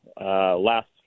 last